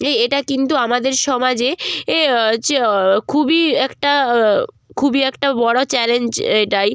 এই এটা কিন্তু আমাদের সমাজে এ হচ্ছে খুবই একটা খুবই একটা বড় চ্যালেঞ্জ এটাই